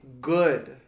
good